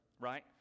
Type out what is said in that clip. right